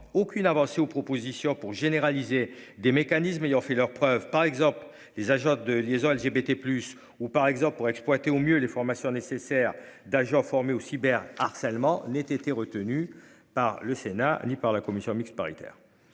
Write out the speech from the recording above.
aucune avancée aux propositions pour généraliser des mécanismes ayant fait leurs preuves par exemple les agents de liaison LGBT plus ou par exemple pour exploiter au mieux les formations nécessaires d'agents formés au cyber harcèlement n'ait été retenue par le Sénat ni par la commission mixte paritaire.